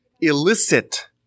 illicit